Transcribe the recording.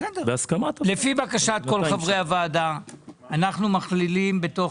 לפי בקשת כל חברי הוועדה אנחנו מכלילים בתוך